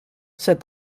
said